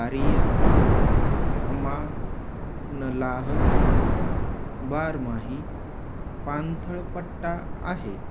आरिया अमा नलाह बारमाही पाणथळपट्टा आहे आणि रानडुक्कर अस्वल चितळ बिपट्या आणि वाघांसाठी आदर्श निवासस्थान आहे